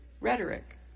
rhetoric